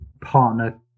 partner